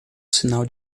sinal